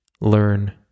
learn